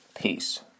Peace